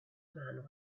man